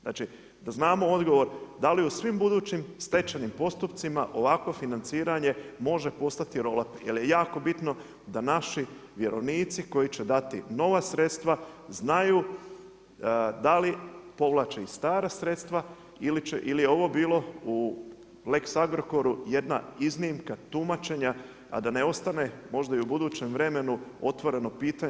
Znači da znamo odgovor da li u svim budućim stečajnim postupcima ovakvo financiranje može postati roll up, jer je jako bitno da naši vjerovnici koji će dati nova sredstva znaju da li povlače i stara sredstva ili je ovo bilo u Lex Agrokoru jedna iznimka tumačenja a da ne ostane možda i u budućem vremenu otvoreno pitanje.